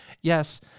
Yes